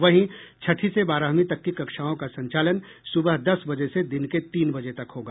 वहीं छठी से बारहवीं तक की कक्षाओं का संचालन सुबह दस बजे से दिन के तीन बजे तक होगा